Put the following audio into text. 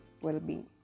well-being